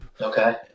Okay